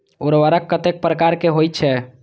उर्वरक कतेक प्रकार के होई छै?